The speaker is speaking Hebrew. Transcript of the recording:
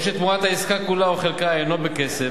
או שתמורת העסקה כולה או חלקה אינה בכסף,